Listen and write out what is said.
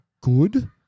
good